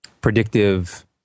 predictive